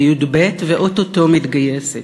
בי"ב, ואו-טו-טו מתגייסת.